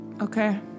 Okay